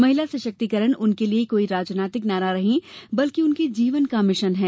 महिला सशक्तीकरण उनके लिये कोई राजनैतिक नारा नहीं है बल्कि उनके जीवन का मिशन है